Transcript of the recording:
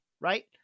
right